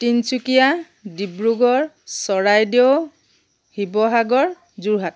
Tinsukia Dibrugarh Charaideo Sivasagar Jorhat